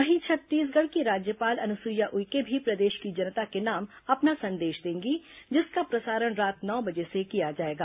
वहीं छत्तीसगढ़ की राज्यपाल अनुसुईया उइके भी प्रदेश की जनता के नाम अपना संदेश देंगी जिसका प्रसारण रात नौ बजे से किया जाएगा